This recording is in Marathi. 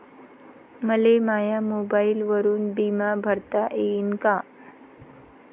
मले माया मोबाईलवरून बिमा भरता येईन का?